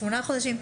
שמונה חודשים,